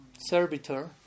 servitor